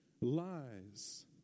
lies